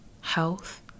health